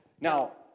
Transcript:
Now